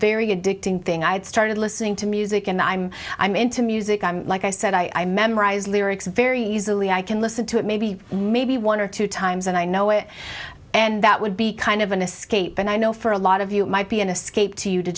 very addicting thing i had started listening to music and i'm i'm into music i'm like i said i memorize lyrics very easily i can listen to it maybe maybe one or two times and i know it and that would be kind of an escape and i know for a lot of you might be an escape to